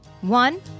One